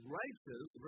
righteous